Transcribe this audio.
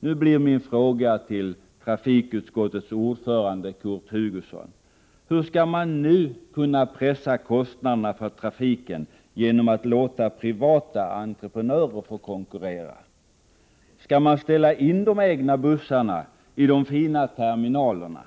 Då blir min fråga till trafikutskottets ordförande Kurt Hugosson: Hur skall man nu kunna pressa kostnaderna för trafiken genom att låta privata entreprenörer få konkurrera? Skall man ställa in de egna bussarna i de fina terminalerna,